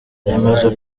remezo